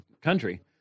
country